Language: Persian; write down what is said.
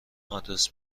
آدرس